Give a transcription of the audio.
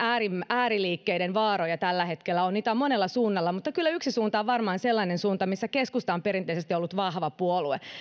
ääriliikkeiden vaaroja tällä hetkellä on niitä on monella suunnalla mutta kyllä yksi suunta on varmaan sellainen suunta missä keskusta on perinteisesti ollut vahva puolue